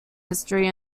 history